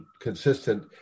consistent